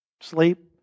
sleep